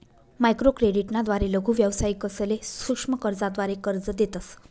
microcredit ना द्वारे लघु व्यावसायिकसले सूक्ष्म कर्जाद्वारे कर्ज देतस